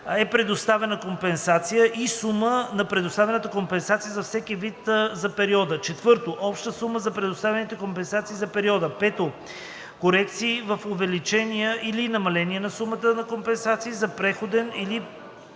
е предоставена компенсация, и сума на предоставената компенсация за всеки вид за периода; 4. обща сума на предоставените компенсации за периода; 5. корекция в увеличение или намаление на сумата на компенсации за предходен/предходни